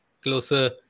closer